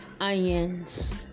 Onions